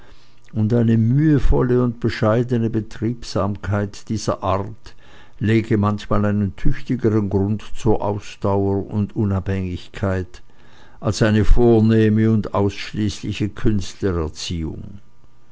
und eine mühevolle und bescheidene betriebsamkeit dieser art lege manchmal einen tüchtigeren grund zur ausdauer und unabhängigkeit als eine vornehme und ausschließliche